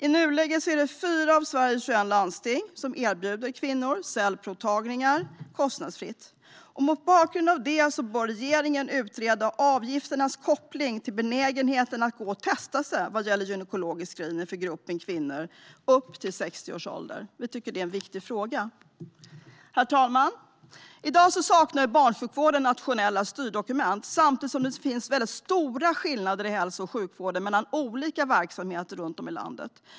I nuläget är det fyra av Sveriges 21 landsting som erbjuder kvinnor cellprovtagning kostnadsfritt. Mot bakgrund av detta bör regeringen utreda avgifternas koppling till benägenheten att gå och testa sig vad gäller gynekologisk screening för gruppen kvinnor upp till 60 års ålder. Vi tycker att det är en viktig fråga. Herr talman! I dag saknar barnsjukvården nationella styrdokument samtidigt som det finns stora skillnader i hälso och sjukvården mellan olika verksamheter runt om i landet.